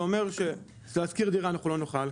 זה אומר שלהשכיר דירה אנחנו לא נוכל,